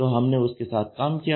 तो हमने उसके साथ काम किया